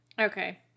Okay